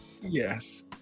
Yes